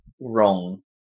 wrong